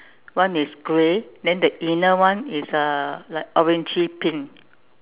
one is grey then that inner one is uh like orangey pink